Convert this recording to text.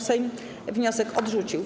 Sejm wniosek odrzucił.